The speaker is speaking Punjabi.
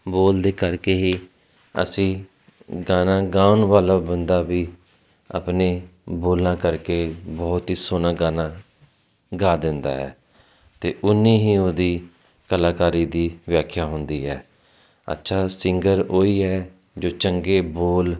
ਬੋਲ ਦੇ ਕਰਕੇ ਹੀ ਅਸੀਂ ਗਾਣਾ ਗਾਉਣ ਵਾਲਾ ਬੰਦਾ ਵੀ ਆਪਣੇ ਬੋਲਾਂ ਕਰਕੇ ਬਹੁਤ ਹੀ ਸੋਹਣਾ ਗਾਣਾ ਗਾ ਦਿੰਦਾ ਹੈ ਅਤੇ ਓਨੀ ਹੀ ਉਹਦੀ ਕਲਾਕਾਰੀ ਦੀ ਵਿਆਖਿਆ ਹੁੰਦੀ ਹੈ ਅੱਛਾ ਸਿੰਗਰ ਉਹੀ ਹੈ ਜੋ ਚੰਗੇ ਬੋਲ